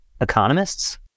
economists